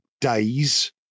days